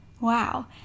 wow